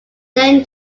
then